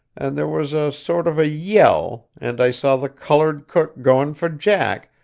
and there was a sort of a yell and i saw the coloured cook going for jack,